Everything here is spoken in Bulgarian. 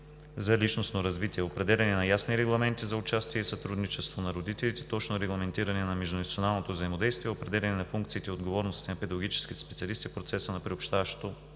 за личностно развитие, определяне на ясни регламенти за участие и сътрудничество на родителите, точно регламентиране на междуинституционалното взаимодействие, определяне на функциите и отговорностите на педагогическите специалисти в процеса на приобщаващото